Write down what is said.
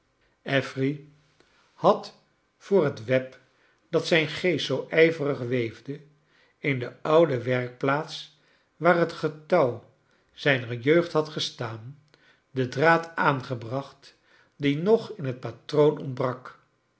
affery had voor het web dat zijn geest zoo ijverig weefde in de oude werkplaats waar het getouw zijner jeugd had gestaan de draad aangebracht die nog in het patroon ontbrak